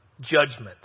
judgment